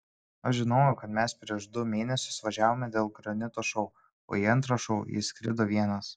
aš žinojau kad mes prieš du mėnesius važiavome dėl granito šou o į antrą šou jis skrido vienas